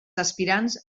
aspirants